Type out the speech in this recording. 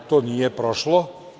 To nije prošlo.